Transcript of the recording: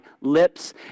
lips